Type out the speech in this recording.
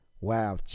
wow